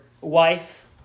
wife